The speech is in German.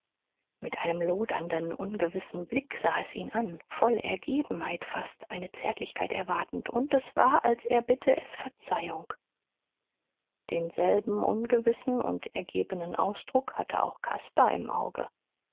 mit einem lodernden ungewissen blick sah es ihn an voll ergebenheit fast eine zärtlichkeit erwartend und es war als erbitte es verzeihung denselben ungewissen und ergebenen ausdruck hatte auch caspar im auge